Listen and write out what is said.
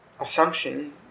assumption